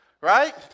Right